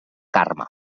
carme